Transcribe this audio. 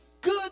good